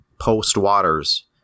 post-Waters